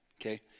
Okay